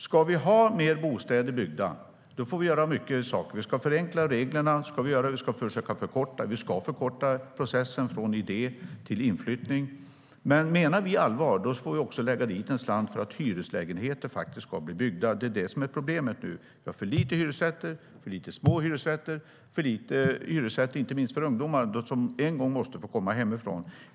Om vi ska ha fler bostäder byggda får vi göra många saker. Vi ska förenkla reglerna, och vi ska förkorta processen från idé till inflyttning. Menar vi allvar får vi också lägga dit en slant för att hyreslägenheter ska bli byggda. Problemet är att vi har för lite hyresrätter och för lite små hyresrätter, inte minst för ungdomar som någon gång måste få komma hemifrån.